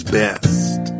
best